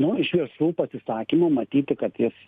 nu iš viešų pasisakymų matyti kad jis